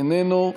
איננו,